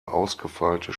ausgefeilte